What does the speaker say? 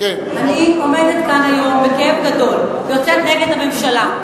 אני עומדת כאן היום בכאב גדול, יוצאת נגד הממשלה.